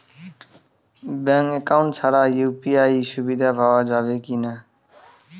Bank account ছাড়া UPI সুবিধা পাওয়া যাবে কি না?